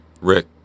Rick